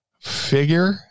Figure